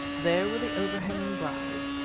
there were the overhanging brows,